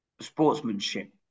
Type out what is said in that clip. sportsmanship